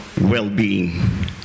well-being